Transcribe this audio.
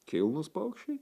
kilnūs paukščiai